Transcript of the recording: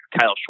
Kyle